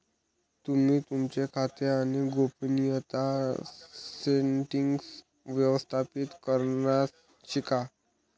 तुम्ही तुमचे खाते आणि गोपनीयता सेटीन्ग्स व्यवस्थापित करण्यास शिका